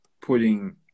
putting